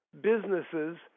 businesses